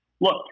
look